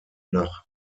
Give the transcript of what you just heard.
nach